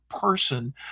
person